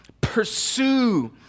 pursue